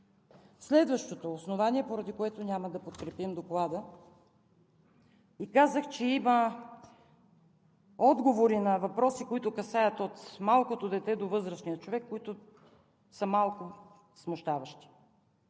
Следващото основание, поради което няма да подкрепим Доклада, и казах, че има отговори на въпроси, които касаят от малкото дете до възрастния човек, които са малко смущаващи.